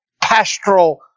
pastoral